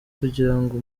kugirango